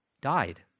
Died